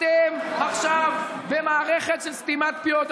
אתם עכשיו במערכת של סתימת פיות.